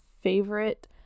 favorite